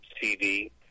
CD